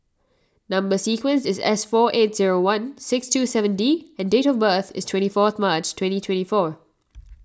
Number Sequence is S four eight zero one six two seven D and date of birth is twenty fourth March twenty twenty four